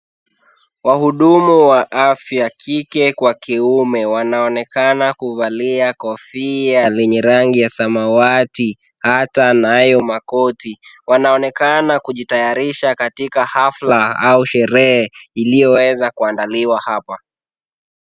Wahudumu wa afya, kike kwa kiume wanaonekana kuvalia kofia lenye rangi ya samawati, hata nayo makoti. Wanaonekana kujitayarisha katika hafla au sherehe iliyoweza kuandaliwa hapa.